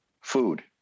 food